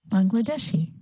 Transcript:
Bangladeshi. (